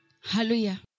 Hallelujah